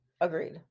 Agreed